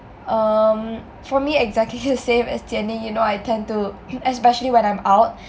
um for me exactly the same as Jian-Ning you know I tend to especially when I'm out